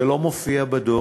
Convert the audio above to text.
זה לא מופיע בדוח,